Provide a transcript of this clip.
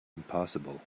impossible